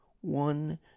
One